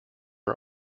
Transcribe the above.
are